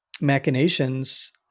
machinations